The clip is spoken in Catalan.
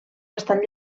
bastant